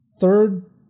third